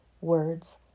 words